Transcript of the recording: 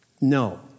No